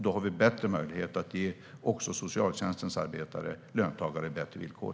Då har vi bättre möjligheter att ge också socialtjänstens arbetare, löntagare, bättre villkor.